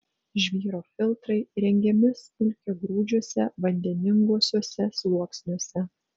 žvyro filtrai įrengiami smulkiagrūdžiuose vandeninguosiuose sluoksniuose